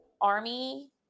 Army